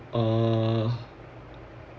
uh